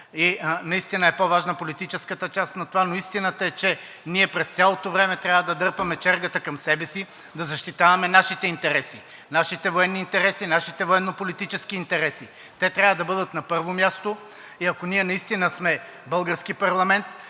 И наистина е по-важна политическата част на това, но истината е, че ние през цялото време трябва да дърпаме чергата към себе си, да защитаваме нашите интереси, нашите военни интереси, нашите военнополитически интереси и те трябва да бъдат на първо място. И ако ние настина сме български парламент